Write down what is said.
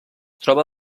troba